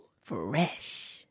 Fresh